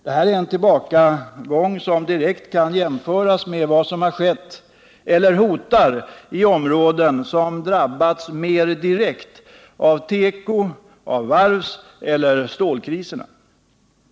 Det är en tillbakagång som direkt kan jämföras med vad som skett eller hotar i områden som drabbats mer direkt av teko-, av varvseller av stålkriserna.